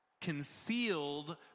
concealed